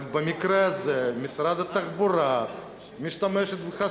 אבל במקרה הזה משרד התחבורה משתמש בך,